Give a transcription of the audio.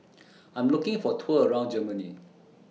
I'm looking For A Tour around Germany